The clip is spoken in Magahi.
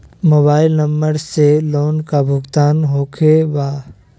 मोबाइल नंबर से लोन का भुगतान होखे बा?